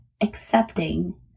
accepting